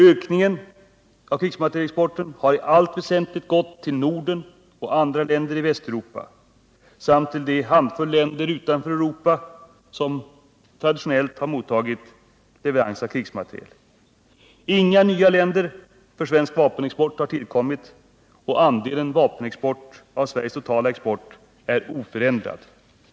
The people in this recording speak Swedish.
Ökningen av krigsmaterielexporten har i allt väsentligt gått till Norden och andra länder i Västeuropa samt till den handfull länder utanför Europa som traditionellt har mottagit leverans av krigsmateriel. Inga nya länder har således tillkommit för svensk vapenexport och när det gäller Sveriges totala export är andelen exporterade vapen oförändrad.